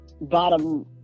bottom